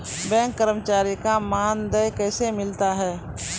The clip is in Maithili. बैंक कर्मचारी का मानदेय कैसे मिलता हैं?